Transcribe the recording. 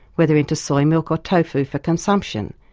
whether into soy milk or tofu for consumption,